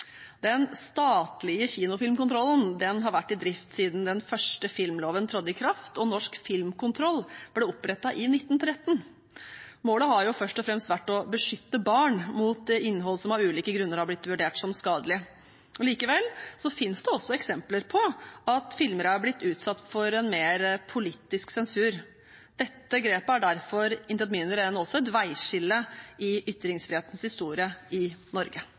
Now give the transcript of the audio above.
Den statlige kinofilmkontrollen har vært i drift siden den første filmloven trådte i kraft og Norsk Filmkontroll ble opprettet i 1913. Målet har først og fremst vært å beskytte barn mot innhold som av ulike grunner er blitt vurdert som skadelig. Likevel finnes det også eksempler på at filmer er blitt utsatt for en mer politisk sensur. Dette grepet er derfor intet mindre enn et veiskille i ytringsfrihetens historie i Norge.